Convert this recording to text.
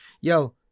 yo